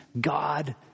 God